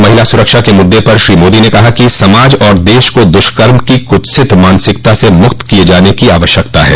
महिला सुरक्षा के मुद्दे पर श्री मोदी ने कहा कि समाज और देश को दुष्कर्म को कुत्सित मानसिकता से मुक्त किए जाने की आवश्यकता है